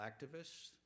activists